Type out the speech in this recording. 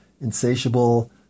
insatiable